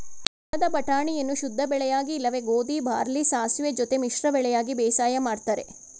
ಹೊಲದ ಬಟಾಣಿಯನ್ನು ಶುದ್ಧಬೆಳೆಯಾಗಿ ಇಲ್ಲವೆ ಗೋಧಿ ಬಾರ್ಲಿ ಸಾಸುವೆ ಜೊತೆ ಮಿಶ್ರ ಬೆಳೆಯಾಗಿ ಬೇಸಾಯ ಮಾಡ್ತರೆ